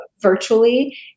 virtually